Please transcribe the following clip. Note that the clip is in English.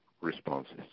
responses